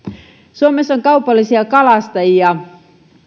suomessa on kaupallisia kalastajia